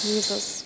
Jesus